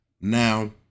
Now